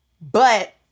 But-